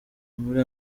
muri